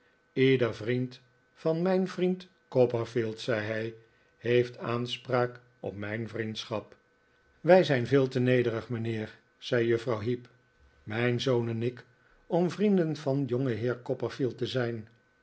iedere vriend van mijn vriend copperfield zei hij heeft aanspraak op mijn vriendschap wij zijn veel te nederig mijnheer zei juffrouw heep mijn zoon en ik om vrienden van jongenheer copperfield te zijn